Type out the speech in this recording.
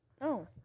No